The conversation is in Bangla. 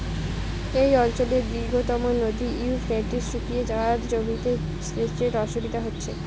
এই অঞ্চলের দীর্ঘতম নদী ইউফ্রেটিস শুকিয়ে যাওয়ায় জমিতে সেচের অসুবিধে হচ্ছে